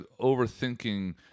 overthinking